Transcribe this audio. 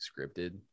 scripted